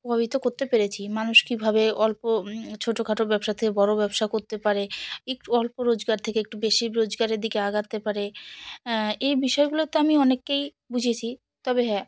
প্রভাবিত করতে পেরেছি মানুষ কীভাবে অল্প ছোটখাটো ব্যবসা থেকে বড় ব্যবসা করতে পারে একটু অল্প রোজগার থেকে একটু বেশি রোজগারের দিকে এগোতে পারে এই বিষয়গুলোতে আমি অনেককেই বুঝিয়েছি তবে হ্যাঁ